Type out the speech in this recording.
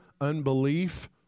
unbelief